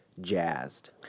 jazzed